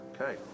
Okay